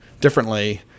differently